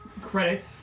credit